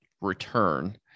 return